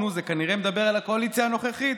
זה כנראה מדבר על הקואליציה הנוכחית.